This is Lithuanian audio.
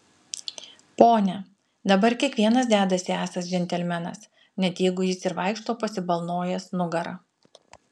pone dabar kiekvienas dedasi esąs džentelmenas net jeigu jis ir vaikšto pasibalnojęs nugarą